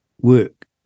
work